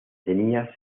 tenía